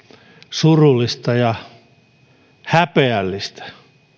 surullista ja häpeällistä